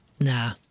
Nah